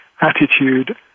attitude